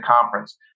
conference